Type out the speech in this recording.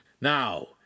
Now